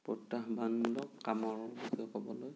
প্ৰত্যাহ্বানমূলক কামৰ বিষয়ে ক'বলৈ